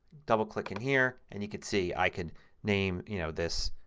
double click in here and you can see i can name you know this